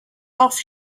off